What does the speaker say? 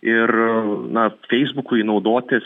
ir na feisbukui naudotis